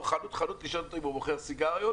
חנות-חנות לשאול אם הוא מוכר סיגריות.